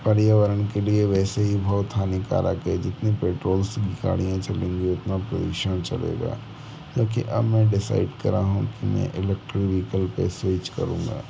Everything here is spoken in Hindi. पर्यावरण के लिए वैसे ही बहुत हानिकारक है जितने पेट्रोल से गाड़ियाँ चलेंगी उतना पोल्यूशन चलेगा क्योंकि अब मैं डिसाइड कर रहा हूँ कि मैं इलेक्ट्रिक व्हीकल पर स्विच करूंगा